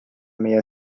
meie